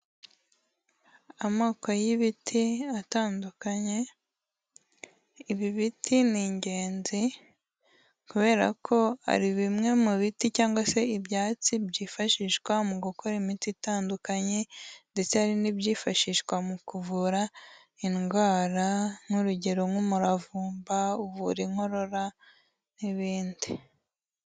Amoko y'ibiti atandukanye, ibi biti ni ingenzi kubera ko ari bimwe mu biti cyangwa se ibyatsi byifashishwa mu gukora imiti itandukanye ndetse hari n'ibyifashishwa mu kuvura indwara nk'urugero nk'umuravumba uvura inkorora n'ibindi.